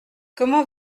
comment